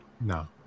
No